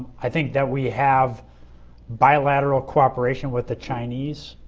i think that we have bilateral cooperation with the chinese.